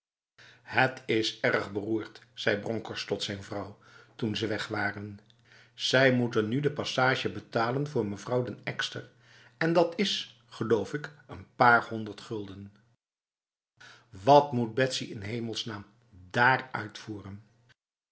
het is erg beroerd zei bronkhorst tot zijn vrouw toen ze weg waren zij moeten nu ook de passage betalen voor mevrouw den ekster en dat is geloof ik n paar honderd gulden wat moet betsy in s hemelsnaam daar uitvoeren